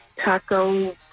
Taco